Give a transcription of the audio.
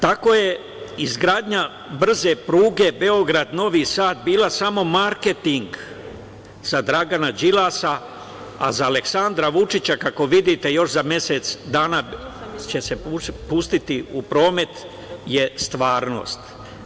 Tako je izgradnja brze pruge Beograd – Novi Sad bio samo marketing za Dragana Đilasa, a za Aleksandra Vučića, kako vidite još za mesec dana će se pustiti u promet, je stvarnost.